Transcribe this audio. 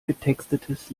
getextetes